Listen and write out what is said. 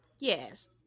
Yes